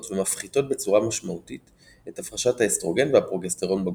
ומפחיתות בצורה משמעותית את הפרשת האסטרוגן והפרוגסטרון בגוף.